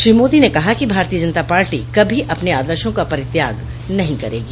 श्री मोदी ने कहा कि भारतीय जनता पार्टी कभी अपने आदर्शो का परित्याग नहीं करेंगी